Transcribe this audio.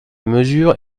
mesure